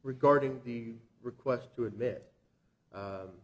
regarding the request to admit